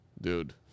dude